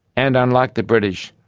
and unlike the british,